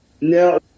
No